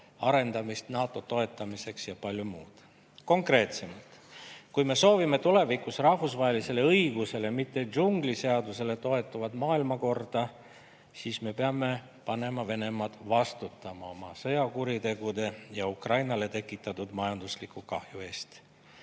arendamist NATO toetamiseks ja palju muud. Konkreetsemalt. Kui me soovime tulevikus rahvusvahelisele õigusele, mitte džungliseadustele toetuvat maailmakorda, siis me peame panema Venemaa vastutama oma sõjakuritegude ja Ukrainale tekitatud majandusliku kahju eest.